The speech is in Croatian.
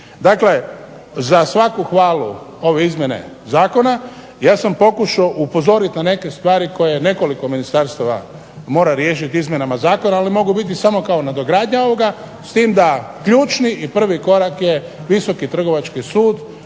Dakle, za svaku hvalu ove izmjene zakona. Ja sam pokušao upozoriti na neke stvari koje je nekoliko ministarstava mora riješiti izmjenama zakona. One mogu biti samo kao nadogradnja ovoga s tim da ključni i prvi korak je Visoki trgovački sud,